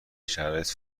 شرایط